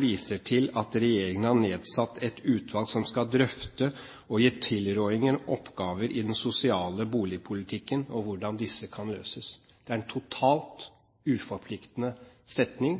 viser til at regjeringen har nedsatt et utvalg som skal drøfte og gi tilrådinger om oppgaver i den sosiale boligpolitikken og hvordan disse kan løses.» Det er en totalt uforpliktende setning,